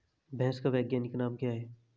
भैंस का वैज्ञानिक नाम क्या है?